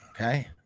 Okay